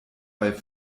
bei